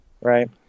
Right